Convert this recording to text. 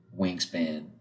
wingspan